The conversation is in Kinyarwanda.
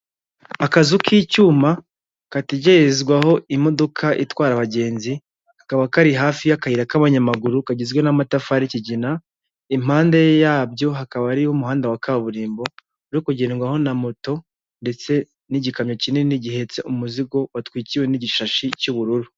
Akazu k'icyuma gategererezwaho imodoka itwara abagenzi, kakaba kari hafi y'akayira k'abanyamaguru kagizwe n'amatafari y'ikigina, impande yabyo hakaba hari umuhanda wa kaburimbo uri kugendwaho na moto ndetse n'igikamyo kinini gihetse umuzigo watwikiwe n'igishashi cy'ubururu.